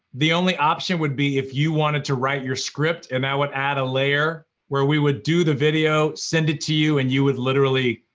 the only option would be if you wanted to write your script, and that would add a layer where we would do the video, send it to you, and you would literally,